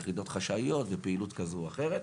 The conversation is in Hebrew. יחידות חשאיות ופעילות כזו או אחרת.